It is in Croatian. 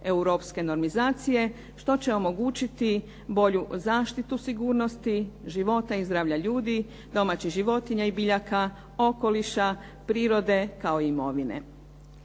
europske normizacije što će omogućiti bolju zaštitu sigurnosti života i zdravlja ljudi, domaćih životinja i biljaka, okoliša, prirode kao i imovine.